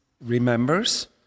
remembers